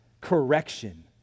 correction